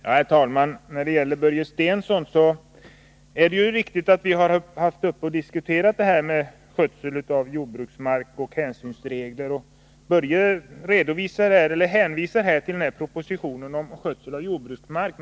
Herr talman! När det gäller Börje Stenssons inlägg är det ju riktigt att vi har diskuterat detta med skötsel av jordbruksmark och hänsynsregler. Börje Stensson hänvisar här till propositionen om skötsel av jordbruksmark.